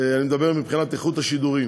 אני מדבר מבחינת איכות השידורים,